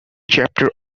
chapter